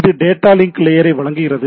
இது data link லேயரை வழங்குகிறது